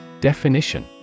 Definition